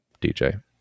DJ